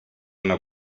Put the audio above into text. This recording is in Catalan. una